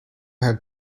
have